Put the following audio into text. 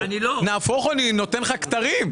אני נותן לך כתרים.